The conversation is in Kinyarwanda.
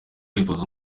wifuza